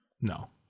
no